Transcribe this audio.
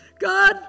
God